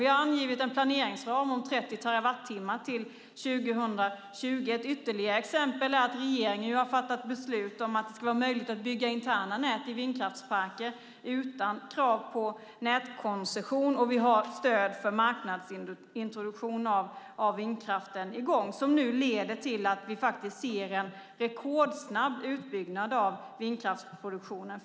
Vi har angett en planeringsram om 30 terawattimmar till 2020. Ett ytterligare exempel är att regeringen har fattat beslut om att det ska vara möjligt att bygga interna nät i vindkraftsparker utan krav på nätkoncession. Och vi har stöd för marknadsintroduktion av vindkraften i gång, som nu leder till att vi ser en rekordsnabb utbyggnad av vindkraftsproduktionen.